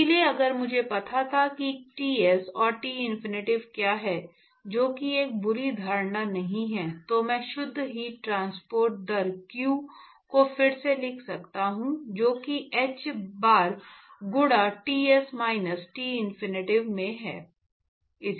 इसलिए अगर मुझे पता था कि Ts और टिनफिनिटी क्या है जो कि एक बुरी धारणा नहीं है तो मैं शुद्ध हीट ट्रांसपोर्ट दर q को फिर से लिख सकता हूं जो कि h बार गुना Ts माइनस टिनफिनिटी में है